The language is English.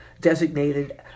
designated